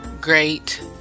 great